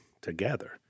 together